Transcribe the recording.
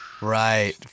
right